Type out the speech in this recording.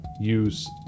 use